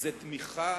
זה תמיכה